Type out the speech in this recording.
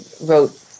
wrote